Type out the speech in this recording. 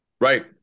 Right